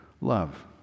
love